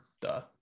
Duh